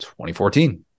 2014